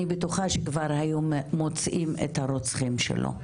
אני בטוחה שכבר היו מוצאים את הרוצחים שלו.